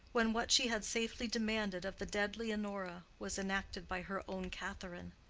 when what she had safely demanded of the dead leonora was enacted by her own catherine.